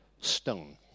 stone